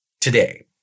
today